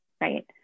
right